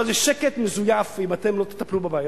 אבל זה שקט מזויף, אם אתם לא תטפלו בבעיות.